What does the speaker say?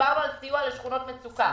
דיברנו על סיוע לשכונות מצוקה.